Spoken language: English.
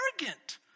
arrogant